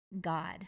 god